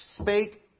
spake